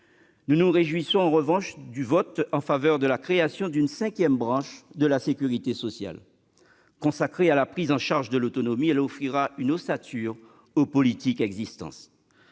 Nous nous réjouissons en revanche du vote en faveur de la création d'une cinquième branche de la sécurité sociale. Consacrée à la prise en charge de l'autonomie, cette branche offrira une ossature aux politiques existantes,